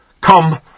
come